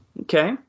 Okay